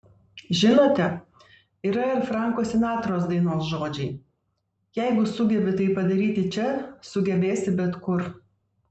žinote yra ir franko sinatros dainos žodžiai jeigu sugebi tai padaryti čia sugebėsi bet kur